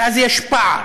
ואז יש פער.